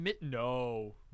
no